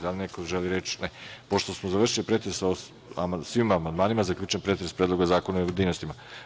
Da li neko želi reč? (Ne.) Pošto smo završili pretres o svim amandmanima, zaključujem pretres Predloga zakona u pojedinostima.